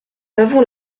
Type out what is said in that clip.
avons